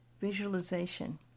Visualization